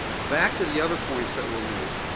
back to the other points that were made.